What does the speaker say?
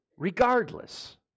Regardless